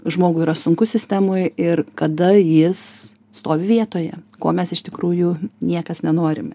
žmogui yra sunku sistemoj ir kada jis stovi vietoje ko mes iš tikrųjų niekas nenorime